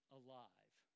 alive